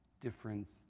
difference